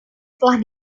telah